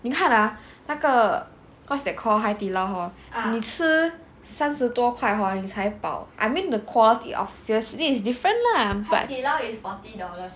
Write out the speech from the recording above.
你看 ah 那个 what's that call Hai Di Lao hor 你吃三十多块 hor 你才饱 I mean the quality obviously is different lah but